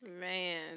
man